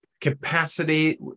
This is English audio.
capacity